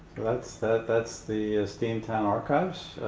that's the that's the steamtown archives?